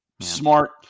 smart